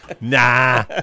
Nah